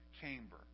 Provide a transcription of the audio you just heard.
chamber